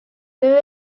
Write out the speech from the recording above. töö